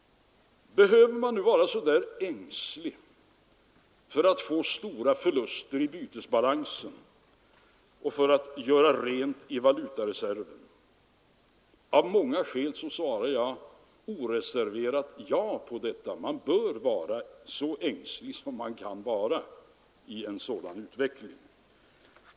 Behöver man då vara så ängslig för att få stora förluster i bytesbalansen och för att göra slut på valutareserven? Av många skäl svarar jag oreserverat ja på den frågan. Man bör vara så ängslig man kan vara för en sådan utveckling.